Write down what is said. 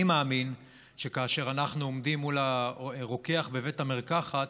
אני מאמין שכאשר אנחנו עומדים מול הרוקח בבית המרקחת,